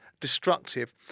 destructive